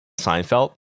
Seinfeld